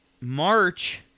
March